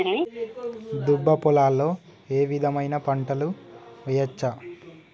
దుబ్బ పొలాల్లో ఏ విధమైన పంటలు వేయచ్చా?